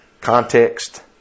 context